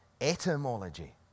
etymology